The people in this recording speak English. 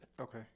Okay